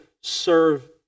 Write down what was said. serve